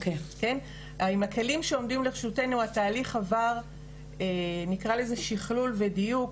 עם הכלים שעומדים לרשותנו התהליך עבר שכלול ודיוק,